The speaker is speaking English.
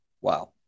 Wow